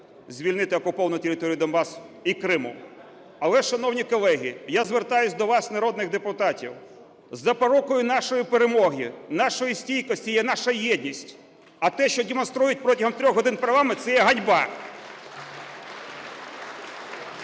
звільнити окуповану територію Донбасу і Криму. Але, шановні колеги, я звертаюсь до вас, народних депутатів. Запорукою нашої перемоги, нашої стійкості є наша єдність. А те, що демонструє протягом 3 годин парламент, – це є ганьба.